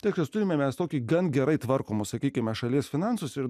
tikras turime mes tokį gan gerai tvarkoma sakykime šalies finansus ir